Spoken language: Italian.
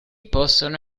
possono